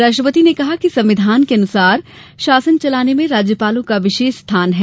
राष्ट्रपति ने कहा कि संविधान के अनुसार शासन चलाने में राज्यपालों का विशेष स्थान है